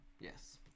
Yes